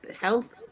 health